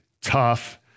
tough